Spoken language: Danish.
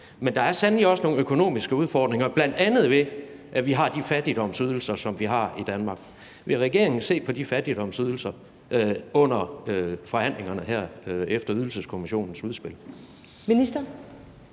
men der er sandelig også nogle økonomiske udfordringer, bl.a. ved at vi har de fattigdomsydelser, som vi har i Danmark. Vil regeringen se på de fattigdomsydelser under forhandlingerne her efter Ydelseskommissionens udspil?